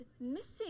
missing